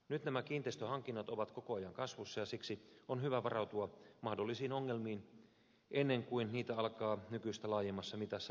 nyt nämä kiinteistöhankinnat ovat koko ajan kasvussa ja siksi on hyvä varautua mahdollisiin ongelmiin ennen kuin niitä alkaa nykyistä laajemmassa mitassa esiintyä